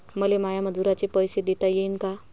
मले माया मजुराचे पैसे देता येईन का?